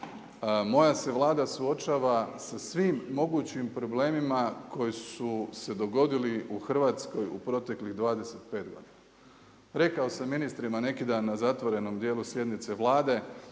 Moja se Vlada suočava sa svim mogućim problemima akoji su se dogodili u Hrvatskoj u proteklih 25 godina. Rekao sam ministrima neki dan na zatvorenom dijelu sjednice Vlade,